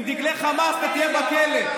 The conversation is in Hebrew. עם דגלי חמאס אתה תהיה בכלא.